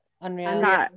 Unreal